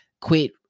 quit